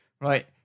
right